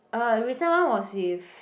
uh recent one was with